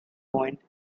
point